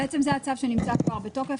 בעצם זה הצו שנמצא כבר בתוקף.